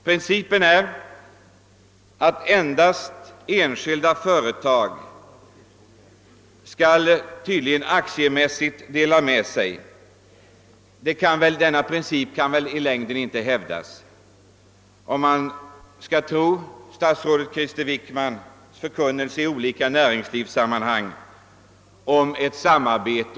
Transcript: Principen är tydligen att endast enskilda företag skall dela med sig av aktierna. Denna princip kan man väl i längden inte hävda om det ligger någonting bakom statsrådet Krister Wickmans förkunnelse i olika näringspolitiska sammanhang att det behövs ett samarbete.